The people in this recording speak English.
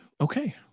okay